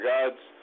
God's